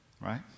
Right